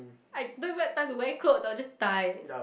I don't even have time to wear clothes I'll just die